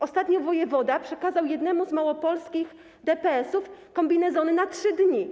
Ostatnio wojewoda przekazał jednemu z małopolskich DPS-ów kombinezony na 3 dni.